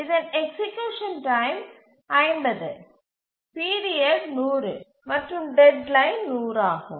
இதன் execution time 50 period 100 மற்றும் deadline 100 ஆகும்